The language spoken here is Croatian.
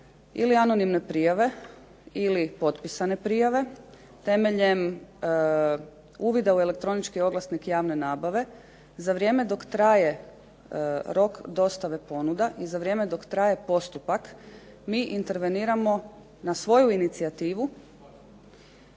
ili anonimne prijave ili potpisane prijave, temeljem uvida u elektronički oglasnik javne nabave za vrijeme dok traje rok dostave ponuda i za vrijeme dok traje postupak mi interveniramo na svoju inicijativu